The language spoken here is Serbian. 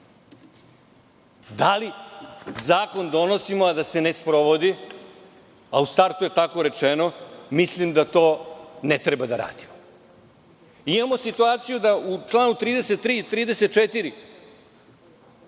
li zakon donosimo a da se ne sprovodi? U startu je tako rečeno. Mislim da to ne treba da radimo. Imamo situaciju da se u članu 33. i 34.